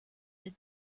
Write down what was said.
the